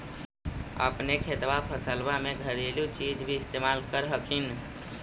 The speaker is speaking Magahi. अपने खेतबा फसल्बा मे घरेलू चीज भी इस्तेमल कर हखिन?